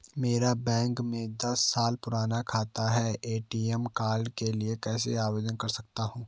मेरा बैंक में दस साल पुराना खाता है मैं ए.टी.एम कार्ड के लिए कैसे आवेदन कर सकता हूँ?